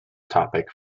topic